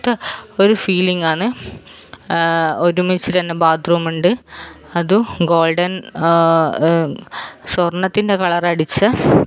ത്ത ഒരു ഫീലിങ്ങാണ് ഒരുമിച്ച് തന്നെ ബാത്റൂമുണ്ട് അതും ഗോൾഡൻ സ്വർണത്തിൻ്റെ കളറടിച്ച